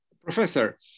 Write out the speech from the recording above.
Professor